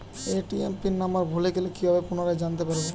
ATM pin number ভুলে গেলে কি ভাবে পুনরায় জানতে পারবো?